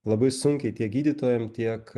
labai sunkiai tiek gydytojam tiek